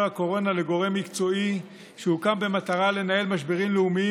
הקורונה לגורם מקצועי שהוקם במטרה לנהל משברים לאומיים